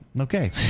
Okay